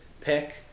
pick